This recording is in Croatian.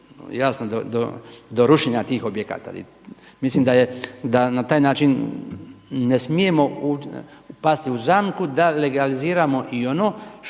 jasno do rušenja tih objekata. Mislim da na taj način ne smijemo pasti u zamku da legaliziramo i ono što